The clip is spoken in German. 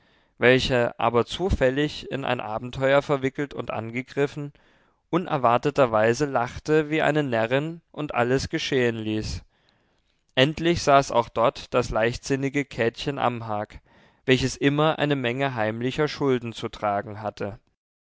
welche aber zufällig in ein abenteuer verwickelt und angegriffen unerwarteterweise lachte wie eine närrin und alles geschehen ließ endlich saß auch dort das leichtsinnige käthchen amhag welches immer eine menge heimlicher schulden zu tragen hatte